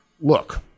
look